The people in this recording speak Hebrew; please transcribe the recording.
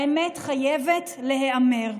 האמת חייבת להיאמר: